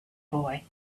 boy